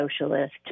socialist